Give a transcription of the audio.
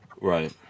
Right